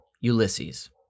Ulysses